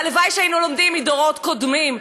והלוואי שהיינו לומדים מדורות קודמים,